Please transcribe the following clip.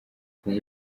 kuva